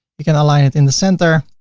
we can align it in the center,